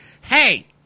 hey